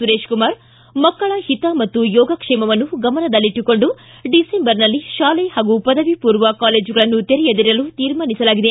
ಸುರೇಶ್ ಕುಮಾರ್ ಮಕ್ಕಳ ಹಿತ ಮತ್ತು ಯೋಗಕ್ಷೇಮವನ್ನು ಗಮನದಲ್ಲಿಟ್ಟುಕೊಂಡು ಡಿಸೆಂಬರ್ನಲ್ಲಿ ತಾಲೆ ಹಾಗೂ ಪದವಿ ಪೂರ್ವ ಕಾಲೇಜುಗಳನ್ನು ತೆರೆಯದಿರಲು ತೀರ್ಮಾನಿಸಲಾಗಿದೆ